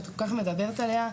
את כל כך מדברת עליה,